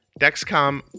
Dexcom